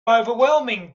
overwhelming